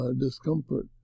discomfort